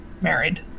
Married